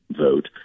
vote